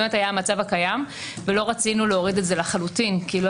היה המצב הקיים ולא רצינו ולהוריד את זה לחלוטין כי לא